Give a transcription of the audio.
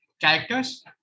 characters